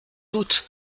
doute